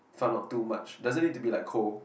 fun of too much doesn't it to be like cold